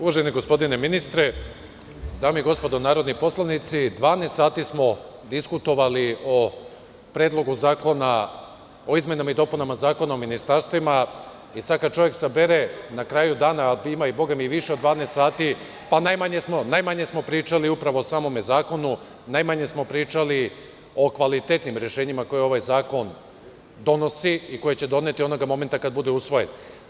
Uvaženi gospodine ministre, dame i gospodo narodni poslanici, dvanaest sati smo diskutovali o Predlogu zakona o izmenama i dopunama Zakona o ministarstvima i sad kada čovek sabere na kraju dana, a ima i više od dvanaest sati, pa najmanje smo pričali upravo o samom zakonu, najmanje smo pričali o kvalitetnim rešenjima koje ovaj zakon donosi i koji će doneti onog momenta kada bude usvojen.